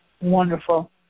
Wonderful